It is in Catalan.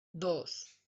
dos